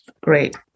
great